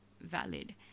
valid